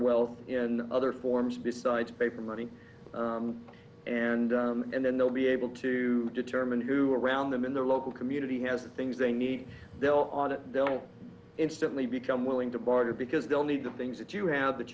wealth in other forms besides paper money and then they'll be able to determine who around them in their local community has the things they need they'll audit will instantly become willing to barter because they'll need to things that you have that